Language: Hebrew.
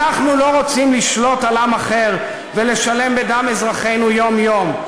אנחנו לא רוצים לשלוט על עם אחר ולשלם בדם אזרחינו יום-יום.